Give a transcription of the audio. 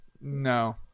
no